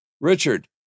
Richard